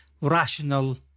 rational